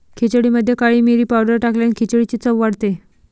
खिचडीमध्ये काळी मिरी पावडर टाकल्याने खिचडीची चव वाढते